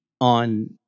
on